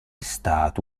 stato